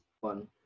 fun